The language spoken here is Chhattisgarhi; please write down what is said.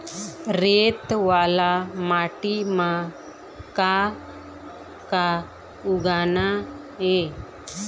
रेत वाला माटी म का का उगाना ये?